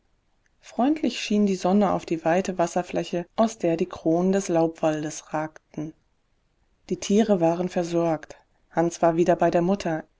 freundlich schien die sonne auf die weite wasserfläche aus der die kronen des laubwaldes ragten die tiere waren versorgt hans war wieder bei der mutter